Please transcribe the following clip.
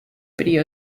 video